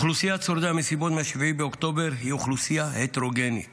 אוכלוסיית שורדי המסיבות מ-7 באוקטובר היא אוכלוסייה הטרוגנית